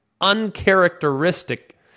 uncharacteristic